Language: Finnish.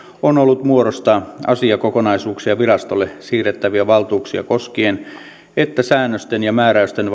on ollut muodostaa asiakokonaisuuksia virastolle siirrettäviä valtuuksia koskien jotta säännösten ja määräysten